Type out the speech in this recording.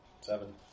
seven